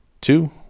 two